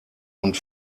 und